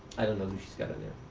i don't know who she's got there.